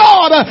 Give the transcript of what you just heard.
God